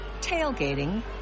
tailgating